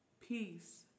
Peace